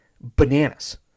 bananas